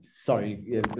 sorry